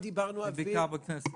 ובעיקר בכנסת.